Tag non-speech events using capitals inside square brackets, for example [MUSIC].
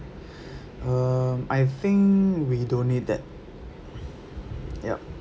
[BREATH] um I think we don't need that yup